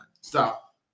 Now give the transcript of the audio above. Stop